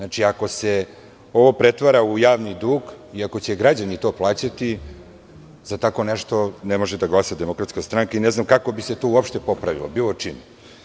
Ako se ovo pretvara u javni dug i ako će građani to plaćati, za tako nešto ne može da glasa DS i ne znam kako bi se to uopšte popravilo, bilo čime.